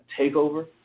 TakeOver